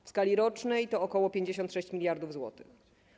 W skali rocznej to ok. 56 mld zł.